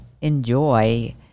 enjoy